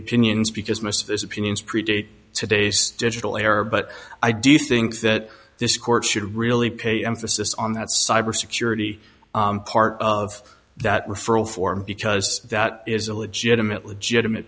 opinions because most of those opinions predate today's digital era but i do think that this court should really pity emphasis on that cybersecurity part of that referral for him because that is a legitimate legitimate